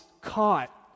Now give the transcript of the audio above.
caught